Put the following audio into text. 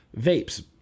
vapes